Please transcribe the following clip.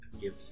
Give